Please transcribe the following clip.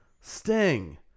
Sting